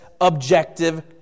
objective